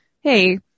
hey